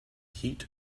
heat